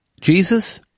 Jesus